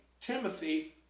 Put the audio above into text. Timothy